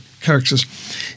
characters